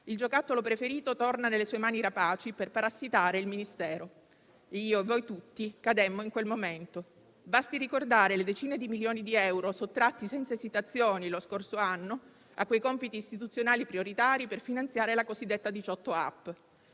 il giocattolo preferito torna nelle sue mani rapaci per parassitare il Ministero. Io, voi, tutti, cademmo in quel momento. Basti ricordare le decine di milioni di euro sottratti senza esitazioni, lo scorso anno, a quei compiti istituzionali prioritari per finanziare la cosiddetta 18app.